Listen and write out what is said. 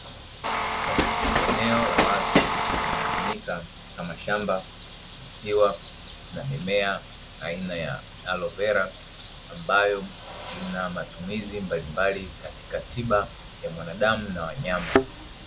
Eneo la wazi linalotumika kama shamba, likiwa na mimea aina ya aloe vera, ambayo ina matumizi mbalimbali katika tiba ya mwanadamu na wanyama.